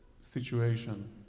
situation